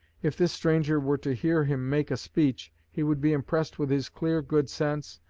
if this stranger were to hear him make a speech, he would be impressed with his clear good sense,